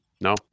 No